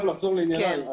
חייב לחזור לענייניי.